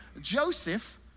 Joseph